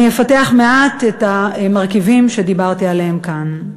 אני אפתח מעט את המרכיבים שדיברתי עליהם כאן,